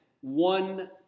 one